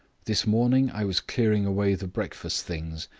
this morning i was clearing away the breakfast things,